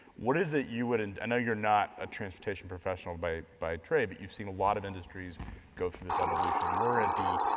what is it you would, and i know you're not a transportation professional by by trade, but you've seen a lot of industries go through this evolution. we're at the,